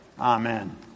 Amen